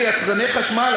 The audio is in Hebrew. ליצרני חשמל.